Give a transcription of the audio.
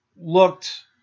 looked